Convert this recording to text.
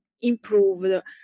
improved